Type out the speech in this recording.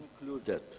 included